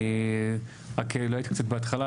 ואני, רק לא היית בהתחלה.